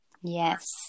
Yes